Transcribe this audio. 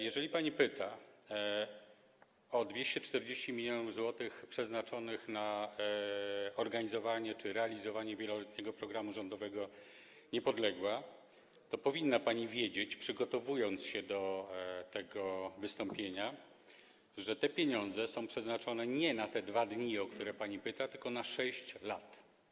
Jeżeli pyta pani o 240 mln zł przeznaczonych na organizowanie czy realizowanie wieloletniego programu rządowego „Niepodległa”, to powinna pani wiedzieć, gdy przygotowywała się pani do tego wystąpienia, że te pieniądze są przeznaczone nie na te 2 dni, o które pani pyta, tylko na 6 lat.